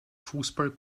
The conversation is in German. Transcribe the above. fußball